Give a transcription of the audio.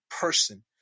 person